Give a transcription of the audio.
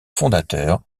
fondateur